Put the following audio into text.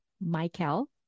Michael